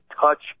touch